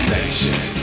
Nation